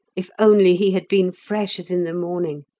if only he had been fresh as in the morning!